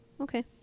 okay